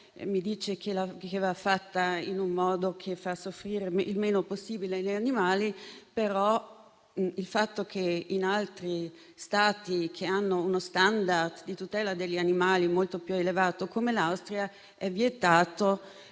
mi dice che va fatta in un modo che fa soffrire il meno possibile gli animali. Il fatto però che in altri Stati che hanno uno *standard* di tutela degli animali molto più elevato, come l'Austria, sia vietato